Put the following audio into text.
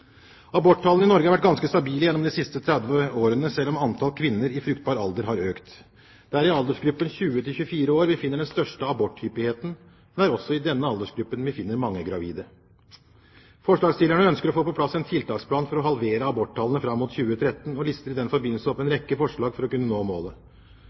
Aborttallene i Norge har vært ganske stabile gjennom de siste 30 årene, selv om antallet kvinner i fruktbar alder har økt. Det er i aldersgruppen 20–24 år vi finner den største aborthyppigheten, men det er også i denne aldersgruppen vi finner mange gravide. Forslagsstillerne ønsker å få på plass en tiltaksplan for å halvere aborttallene fram mot 2013 og lister i den forbindelse opp en rekke forslag for å kunne nå målet.